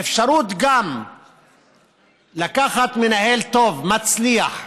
גם האפשרות לקחת מנהל טוב, מצליח,